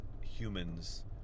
humans